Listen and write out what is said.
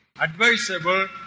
advisable